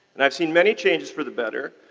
and i've seen many changes for the better.